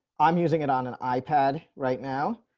i'm using it on an ipad right now.